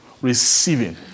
receiving